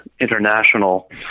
international